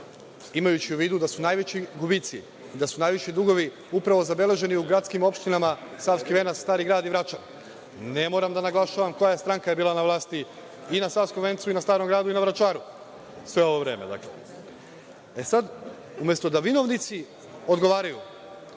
imajući u vidu da su najveći gubici, da su najveći dugovi upravo zabeleženi u gradskim opštinama Savski Venac, Stari Grad i Vračar. Ne moram da naglašavam koja je stranka bila na vlasti i na Savskom Vencu i na Starom Gradu i na Vračaru sve ovo vreme. Sada, umesto da vinovnici odgovaraju,